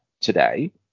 today